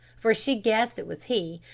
for she guessed it was he,